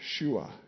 Yeshua